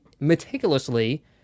Meticulously